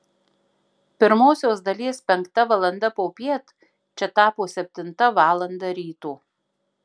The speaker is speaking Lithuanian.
pirmosios dalies penkta valanda popiet čia tapo septinta valanda ryto